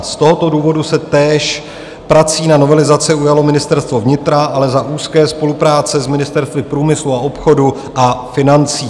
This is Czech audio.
Z tohoto důvodu se též prací na novelizaci ujalo Ministerstvo vnitra, ale za úzké spolupráce s Ministerstvy průmyslu a obchodu a financí.